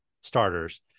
starters